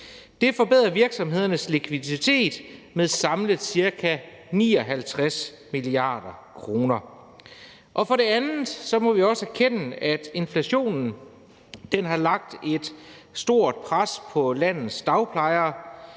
Det forbedrer virksomhedernes likviditet med samlet ca. 59 mia. kr. For det andet må vi også erkende, at inflationen har lagt et stort pres på landets dagplejere.